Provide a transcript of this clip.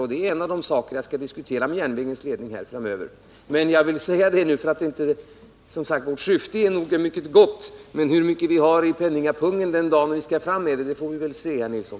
Detta är en av de saker som jag skall diskutera med järnvägens ledning framöver, men jag vill redan nu säga att även om vårt syfte nog är mycket gott, så kan vi inte i dag säga hur mycket vi har i penningpungen den dag vi skall avhandla detta, utan det får vi väl se då, herr Nilsson.